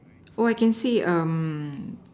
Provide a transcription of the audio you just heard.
orh I can see um